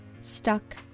Stuck